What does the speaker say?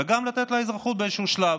את הנישואים האלה וגם לתת לה אזרחות באיזשהו שלב,